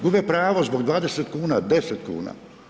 Gube pravo zbog 20 kuna, 10 kuna.